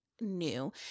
new